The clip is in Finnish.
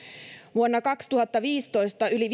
vuonna kaksituhattaviisitoista yli